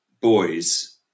boys